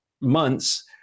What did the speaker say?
months